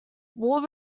war